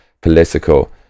political